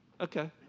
Okay